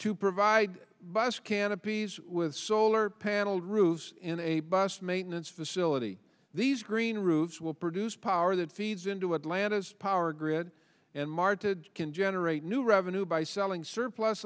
to provide bus canopies with solar panel roofs in a bus maintenance facility these green roofs will produce power that feeds into atlanta's power grid and mark to can generate new revenue by selling surplus